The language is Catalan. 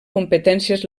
competències